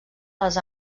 les